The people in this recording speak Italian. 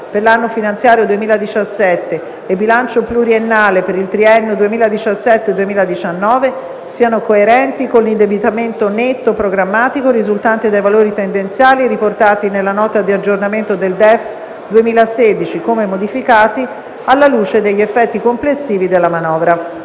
per l'anno finanziario 2017 e bilancio pluriennale per il triennio 2017-2019 siano coerenti con l'indebitamento netto programmatico risultante dai valori tendenziali riportati nella Nota di aggiornamento del DEF 2016, come modificati alla luce degli effetti complessivi della manovra».